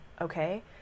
okay